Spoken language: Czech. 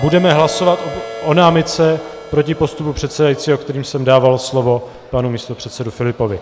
Budeme hlasovat o námitce proti postupu předsedajícího, kterým jsem dával slovo panu místopředsedovi Filipovi.